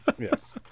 Yes